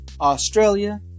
Australia